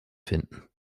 finden